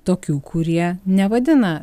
tokių kurie nevadina